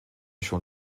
schon